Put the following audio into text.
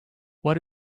what